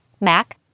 Mac